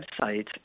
website